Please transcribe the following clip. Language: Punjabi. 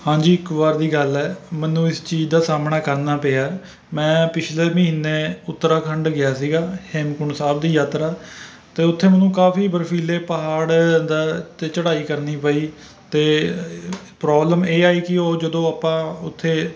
ਹਾਂਜੀ ਇੱਕ ਵਾਰ ਦੀ ਗੱਲ ਹੈ ਮੈਨੂੰ ਇਸ ਚੀਜ਼ ਦਾ ਸਾਹਮਣਾ ਕਰਨਾ ਪਿਆ ਮੈਂ ਪਿਛਲੇ ਮਹੀਨੇ ਉਤਰਾਖੰਡ ਗਿਆ ਸੀਗਾ ਹੇਮਕੁੰਟ ਸਾਹਿਬ ਦੀ ਯਾਤਰਾ ਅਤੇ ਉੱਥੇ ਮੈਨੂੰ ਕਾਫੀ ਬਰਫ਼ੀਲੇ ਪਹਾੜ ਦਾ ਅਤੇ ਚੜ੍ਹਾਈ ਕਰਨੀ ਪਈ ਅਤੇ ਪਰੌਬਲਮ ਇਹ ਆਈ ਕਿ ਉਹ ਜਦੋਂ ਆਪਾਂ ਉੱਥੇ